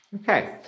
Okay